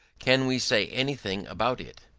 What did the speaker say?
can we say anything about it?